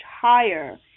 higher